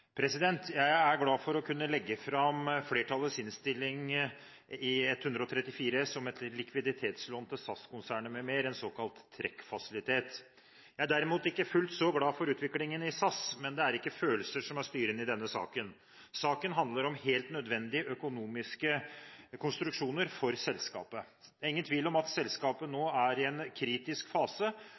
glad for utviklingen i SAS, men det er ikke følelser som er styrende i denne saken. Saken handler om helt nødvendige økonomiske konstruksjoner for selskapet. Det er ingen tvil om at selskapet nå er i en kritisk fase,